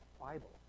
Bible